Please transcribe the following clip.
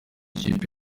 kipe